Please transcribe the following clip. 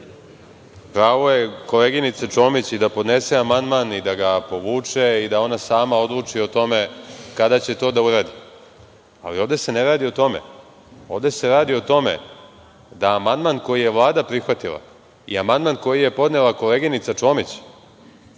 Pravo je koleginice Čomić da podnese amandman i da ga povuče i da ona sama odluči o tome kada će to da uradi, ali ovde se ne radi o tome. Ovde se radi o tome da amandman koji je Vlada prihvatila i amandman koji je podnela koleginica Čomić